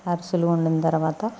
అరిసెలు వండిన తర్వాత